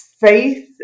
faith